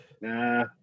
Nah